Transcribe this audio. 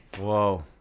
Whoa